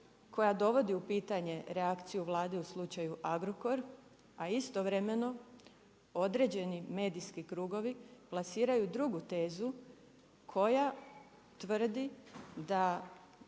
koja dovodi u pitanje reakciju Vlade u slučaju Agrokor, a istovremeno, određeni medijski krugovi, plasiraju drugu tezu, koja tvrdi da